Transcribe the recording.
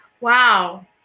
Wow